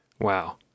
wow